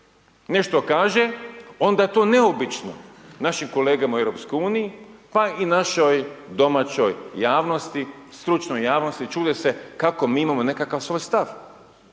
nešto kaže, onda je to neobično našim kolegama u Europskoj uniji, pa i našoj domaćoj javnosti, stručnoj javnosti, čude se kako mi imamo nekakav svoj stav.